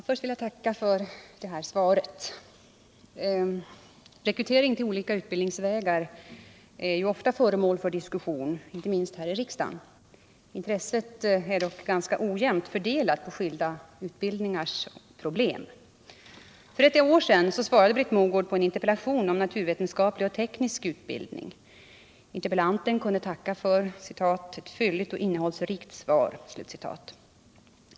Herr talman! Jag vill först tacka för svaret. Rekrytering till olika utbildningsvägar är ofta föremål för diskussion, inte minst här i riksdagen. Intresset är dock ganska ojämnt fördelat på skilda utbildningars problem. För ett år sedan svarade Britt Mogård på en interpellation om naturvetenskaplig och teknisk utbildning. Interpellanten kunde tacka för ett ”fylligt och innehållsrikt svar”.